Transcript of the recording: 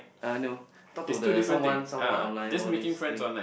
ah no talk to the someone someone online all this thing